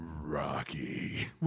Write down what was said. Rocky